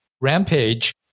Rampage